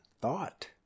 thought